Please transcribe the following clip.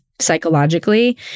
psychologically